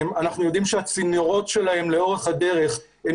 אנחנו יודעים שהצינורות שלהם לאורך הדרך הם